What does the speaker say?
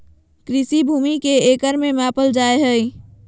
कृषि भूमि के एकड़ में मापल जाय हइ